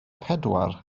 pedwar